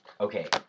Okay